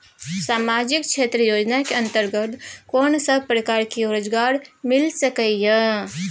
सामाजिक क्षेत्र योजना के अंतर्गत कोन सब प्रकार के रोजगार मिल सके ये?